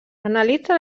analitza